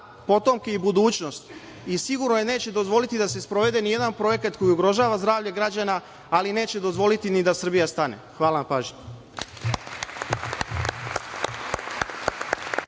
potomke i budućnost i sigurno je da neće dozvoliti da se sprovede nijedan projekat koji ugrožava zdravlje građana, ali neće dozvoliti ni da Srbija stane. Hvala na pažnji.